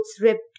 ripped